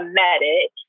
medic